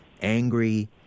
angry